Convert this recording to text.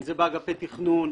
אם זה באגפי תכנון,